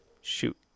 shoot